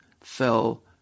fell